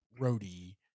roadie